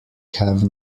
have